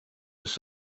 l’air